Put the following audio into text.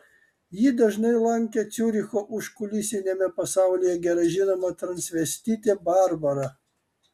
jį dažnai lankė ciuricho užkulisiniame pasaulyje gerai žinoma transvestitė barbara